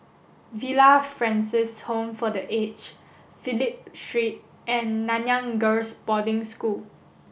Villa Francis Home for the Aged Phillip Street and Nanyang Girls' Boarding School